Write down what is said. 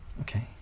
Okay